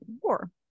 war